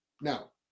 now